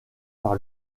par